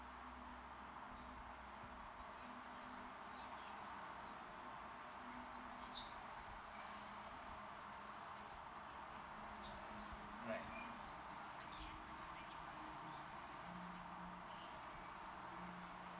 right